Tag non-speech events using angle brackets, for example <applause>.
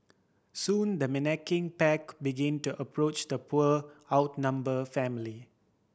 soon the <unintelligible> pack begin to approach the poor outnumber family